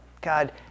God